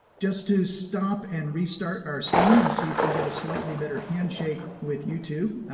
just to stop and restart our stream and see if we get a slightly better handshake with youtube.